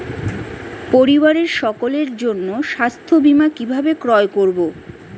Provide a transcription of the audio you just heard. পরিবারের সকলের জন্য স্বাস্থ্য বীমা কিভাবে ক্রয় করব?